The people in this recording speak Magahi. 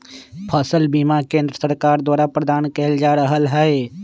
फसल बीमा केंद्र सरकार द्वारा प्रदान कएल जा रहल हइ